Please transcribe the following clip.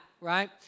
right